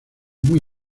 muy